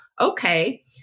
Okay